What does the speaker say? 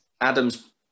Adams